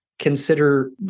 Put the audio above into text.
Consider